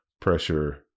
pressure